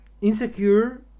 insecure